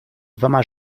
dwoma